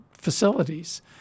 facilities